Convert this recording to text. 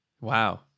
Wow